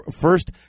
first